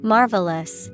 Marvelous